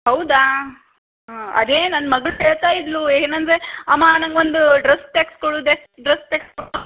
ಹೌದಾ ಹಾಂ ಅದೇ ನನ್ನ ಮಗಳು ಹೇಳ್ತಾ ಇದ್ದಳು ಏನಂದರೆ ಅಮ್ಮಾ ನನಗೊಂದು ಡ್ರಸ್ ತೆಗೆಸ್ಕೊಡು ಡ್ರೆಸ್ ಡ್ರಸ್ ತೆಗೆಸ್ಕೊಡು ಅಂತ